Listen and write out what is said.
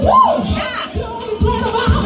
Woo